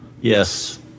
Yes